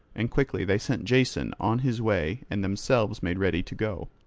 and quickly they sent jason on his way and themselves made ready to go.